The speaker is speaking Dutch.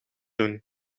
doen